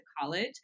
college